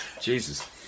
Jesus